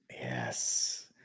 yes